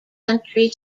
country